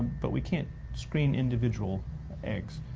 but we can't screen individual eggs.